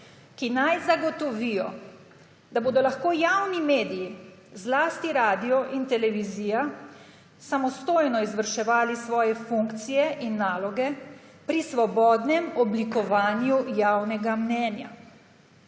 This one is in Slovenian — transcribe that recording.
ki naj zagotovijo, da bodo lahko javni mediji, zlasti radio in televizija, samostojno izvrševali svoje funkcije in naloge pri svobodnem oblikovanju javnega mnenja.